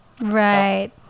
right